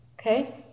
okay